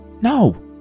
No